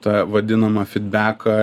tą vadinamą fitbeką